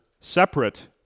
separate